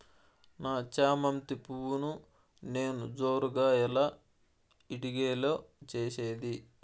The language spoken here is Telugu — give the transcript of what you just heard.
నా చామంతి పువ్వును నేను జోరుగా ఎలా ఇడిగే లో చేసేది?